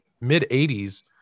mid-80s